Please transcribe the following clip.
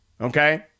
Okay